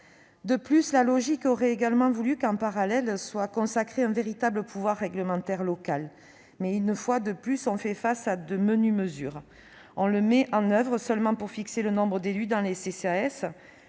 faim ! La logique aurait également voulu qu'en parallèle soit consacré un véritable pouvoir réglementaire local, mais, une fois de plus, on fait face à de menues mesures : on met en oeuvre ce pouvoir seulement pour déterminer le nombre d'élus dans les CCAS,